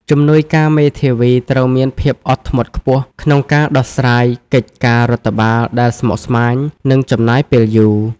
ជំនួយការមេធាវីត្រូវមានភាពអត់ធ្មត់ខ្ពស់ក្នុងការដោះស្រាយកិច្ចការរដ្ឋបាលដែលស្មុគស្មាញ និងចំណាយពេលយូរ។